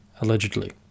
Allegedly